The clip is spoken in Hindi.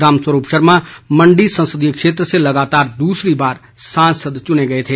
रामस्वरूप शर्मा मंडी संसदीय क्षेत्र से लगातार दूसरी बार सांसद चुने गए थे